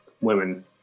women